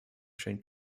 scheint